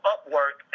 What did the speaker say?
Upwork